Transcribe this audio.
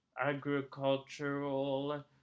agricultural